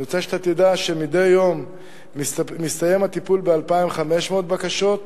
מדי יום מסתיים הטיפול ב-2,500 בקשות,